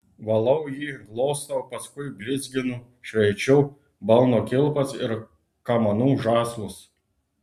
valau jį glostau paskui blizginu šveičiu balno kilpas ir kamanų žąslus